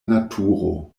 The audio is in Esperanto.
naturo